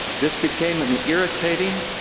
this became an irritating,